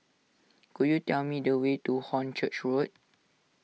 could you tell me the way to Hornchurch Road